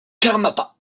karmapa